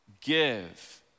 give